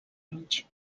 anys